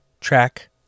track